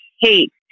hate